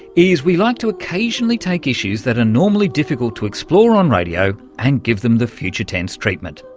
is we like to occasionally take issues that are normally difficult to explore on radio and give them the future tense treatment.